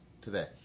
today